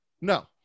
No